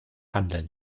handeln